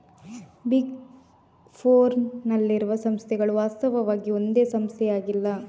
big four ನಲ್ಲಿರುವ ಸಂಸ್ಥೆಗಳು ವಾಸ್ತವವಾಗಿ ಒಂದೇ ಸಂಸ್ಥೆಯಾಗಿಲ್ಲ